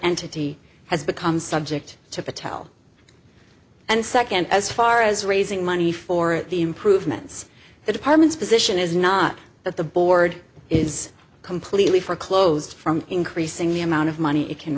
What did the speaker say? entity has become subject to tell and second as far as raising money for the improvements the department's position is not that the board is completely for closed from increasing the amount of money it can